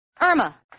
Irma